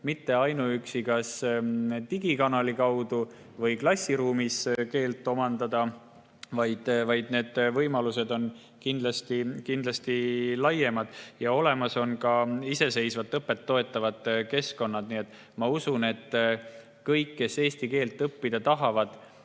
mitte ainuüksi digikanali kaudu või klassiruumis ei saa keelt omandada, vaid need võimalused on laiemad ja olemas on ka iseseisvat õpet toetavad keskkonnad. Ma usun, et kõik, kes eesti keelt õppida tahavad,